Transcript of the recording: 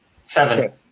Seven